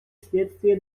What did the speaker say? следствие